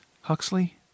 Huxley